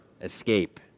escape